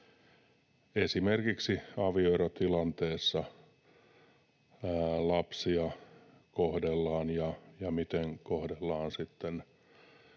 esimerkiksi avioerotilanteessa lapsia kohdellaan ja miten kohdellaan sitten